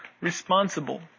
responsible